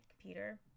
computer